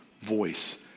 voice